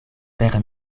per